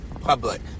public